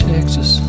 Texas